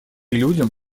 людям